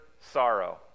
sorrow